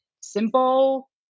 simple